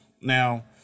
Now